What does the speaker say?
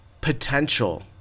potential